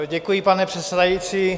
Děkuji, pane předsedající.